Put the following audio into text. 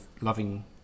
loving